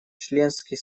членский